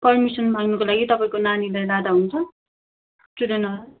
permission माग्नुको लागि तपाईँको नानीलाई लाँदा हुन्छ